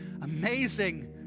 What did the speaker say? amazing